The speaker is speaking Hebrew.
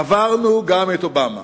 עברנו גם את אובמה.